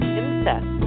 incest